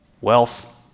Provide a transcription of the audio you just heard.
Wealth